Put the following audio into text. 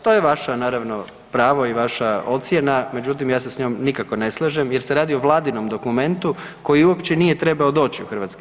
To je vaša naravno pravo i vaša ocjena, međutim ja se s njom nikako ne slažem jer se radi o vladinom dokumentu koji uopće nije trebao doći u HS.